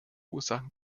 ursachen